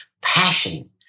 passion